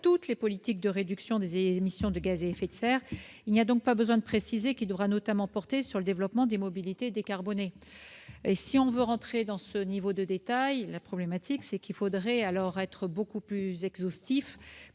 toutes les politiques de réduction des émissions de gaz à effet de serre. Il n'est donc pas nécessaire de préciser qu'il devra notamment porter sur le développement des mobilités décarbonées. Si l'on voulait entrer dans ce niveau de détail, il faudrait être beaucoup plus exhaustif